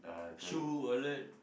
shoe wallet